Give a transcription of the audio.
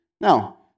Now